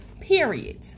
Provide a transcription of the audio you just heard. Period